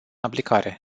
aplicare